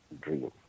dream